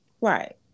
right